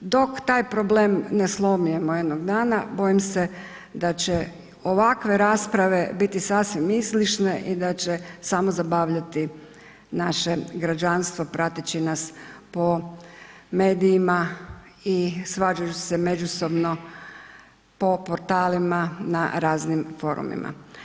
Dok taj problem ne slomimo jednog dana bojim se da će ovakve rasprave biti sasvim izlišne i da će samo zabavljati naše građanstvo prateći nas po medijima i svađajući se međusobno po portalima na raznim forumima.